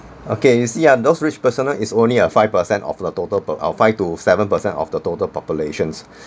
okay you see ah those rich personnel is only five percent of the total per uh five to seven percent of the total populations